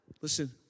Listen